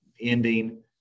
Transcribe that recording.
ending